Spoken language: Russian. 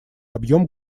объем